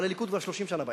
אבל הליכוד כבר 30 שנה בעסק.